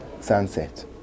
sunset